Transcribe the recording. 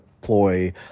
ploy